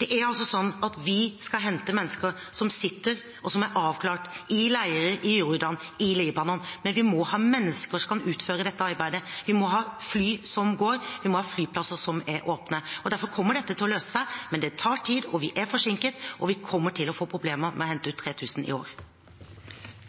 Det er altså sånn at vi skal hente mennesker som sitter, og som er avklart, i leirer i Jordan og i Libanon, men vi må ha folk som kan utføre dette arbeidet. Vi må ha fly som går, vi må ha flyplasser som er åpne. Derfor kommer dette til å løse seg, men det tar tid, og vi er forsinket, og vi kommer til å få problemer med å hente ut 3 000 i år.